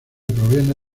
proviene